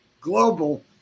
global